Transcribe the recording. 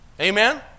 Amen